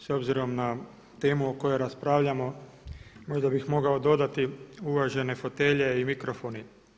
S obzirom na temu o kojoj raspravljamo, možda bih mogao dodati uvažene fotelje i mikrofoni.